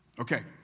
Okay